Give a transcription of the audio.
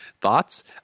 Thoughts